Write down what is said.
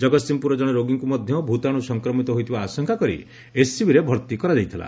ଜଗତ୍ସିଂହପୁରର ଜଣେ ରୋଗୀଙ୍କୁ ମଧ ଭୂତାଣୁ ସଂକ୍ରମିତ ହୋଇଥିବା ଆଶଙ୍କା କରି ଏସ୍ସିବିରେ ଭର୍ତ୍ତି କରାଯାଇଥିଲା